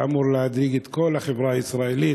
כולנו ואמור להדאיג את כל החברה הישראלית,